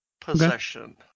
possession